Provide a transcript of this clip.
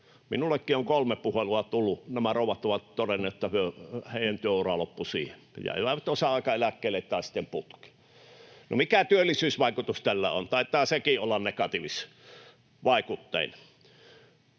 Minullekin on kolme puhelua tullut. Nämä rouvat ovat todenneet, että heidän työuransa loppuivat siihen, jäivät osa-aikaeläkkeelle tai sitten putkeen. No, mikä työllisyysvaikutus tällä on? Taitaa sekin olla negatiivisvaikutteinen.